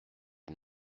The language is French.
une